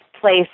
place